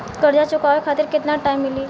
कर्जा चुकावे खातिर केतना टाइम मिली?